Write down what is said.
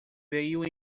veio